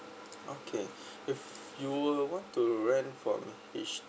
okay if you will want to rent from H